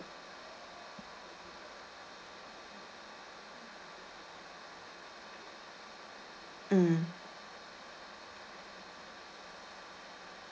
mm